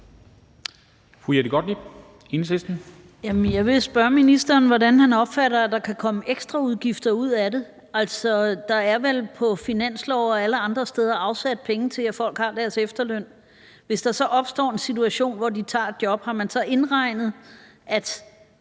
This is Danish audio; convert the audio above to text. Jeg vil spørge ministeren om, hvordan han kan opfatte, at der kan komme ekstraudgifter ud af det. Der er vel på finanslove og alle andre steder afsat penge til, at folk får deres efterløn. Hvis der så opstår den situation, at de tager et job, har man så indregnet, at